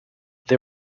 they